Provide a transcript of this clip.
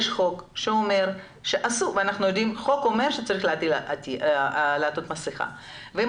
יש חוק שאומר שחייבים לעטות מסכה ואם